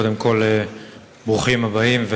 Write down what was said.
קודם כול ברוכים הבאים,